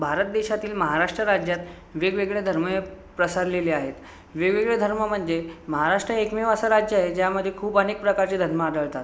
भारत देशातील महाराष्ट्र राज्यात वेगवेगळे धर्म हे प्रसारलेले आहेत वेगवेगळे धर्म म्हणजे महाराष्ट्र एकमेव असं राज्य आहे ज्यामधे खूप अनेक प्रकारचे धर्म आढळतात